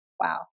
wow